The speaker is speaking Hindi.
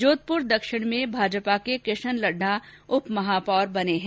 जोधपुर दक्षिण में भाजपा के किशन लड्ढा उप महापौर बने हैं